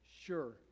sure